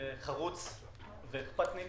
חרוץ ואכפתניק.